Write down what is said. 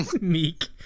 Meek